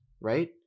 right